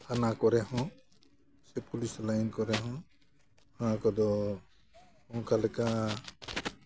ᱛᱷᱟᱱᱟ ᱠᱚᱨᱮᱦᱚᱸ ᱥᱮ ᱯᱩᱞᱤᱥ ᱞᱟᱭᱤᱱ ᱠᱚᱨᱮ ᱦᱚᱸ ᱚᱱᱟ ᱠᱚᱫᱚ ᱚᱱᱠᱟ ᱞᱮᱠᱟ